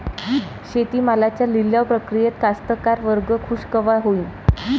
शेती मालाच्या लिलाव प्रक्रियेत कास्तकार वर्ग खूष कवा होईन?